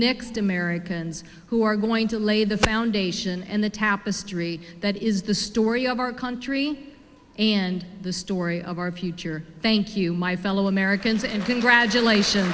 next americans who are going to lay the foundation and the tapestry that is the story of our country and the story of our future thank you my fellow americans